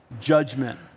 judgment